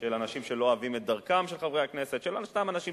של אנשים שלא אוהבים את דרכם של חברי הכנסת וסתם אנשים